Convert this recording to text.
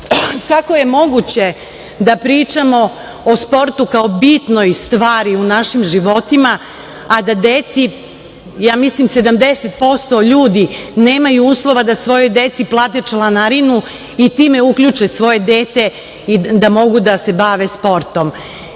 je moguće da pričamo o sportu kao bitnoj stvari u našim životima, a mislim da 70% ljudi nemaju uslova da svojoj deci plate članarinu i time uključe svoje dete da mogu da se bave sportom? Čitav